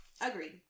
Agreed